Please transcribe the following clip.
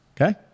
okay